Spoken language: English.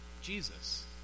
Jesus